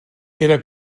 era